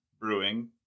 Brewing